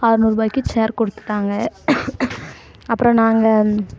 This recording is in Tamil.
அறநூறுபாய்க்கு சேர் கொடுத்துட்டாங்க அப்புறம் நாங்கள்